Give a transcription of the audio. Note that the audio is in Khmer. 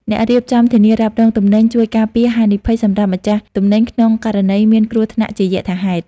អ្នករៀបចំធានារ៉ាប់រងទំនិញ ជួយការពារហានិភ័យសម្រាប់ម្ចាស់ទំនិញក្នុងករណីមានគ្រោះថ្នាក់ជាយថាហេតុ។